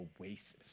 Oasis